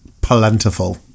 plentiful